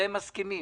הם מסכימים,